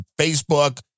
Facebook